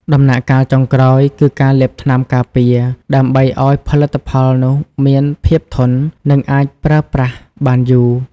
ដំណាក់កាលចុងក្រោយ គឺការលាបថ្នាំការពារ ដើម្បីឱ្យផលិតផលនោះមានភាពធន់ និងអាចប្រើប្រាស់បានយូរ។